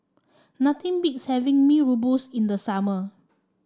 nothing beats having Mee Rebus in the summer